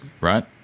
right